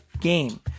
game